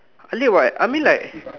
really what I mean like